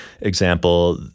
example